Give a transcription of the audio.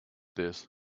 this